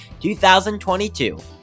2022